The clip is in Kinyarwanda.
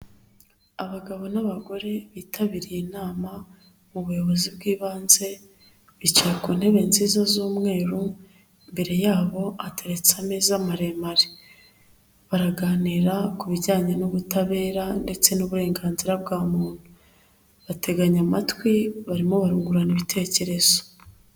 Abagabo n'abagore bitabiriye inama ubuyobozi bw'ibanze bica ku ntebe nziza z'umweru, imbere yabo hataretse ameza maremare baraganira ku bijyanye n'ubutabera, ndetse n'uburenganzira bwa muntu bateganya amatwi barimo bungurana ibitekerezo.